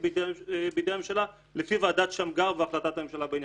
בידי הממשלה לפי ועדת שמגר והחלטת הממשלה בעניין,